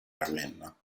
ravenna